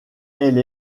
elle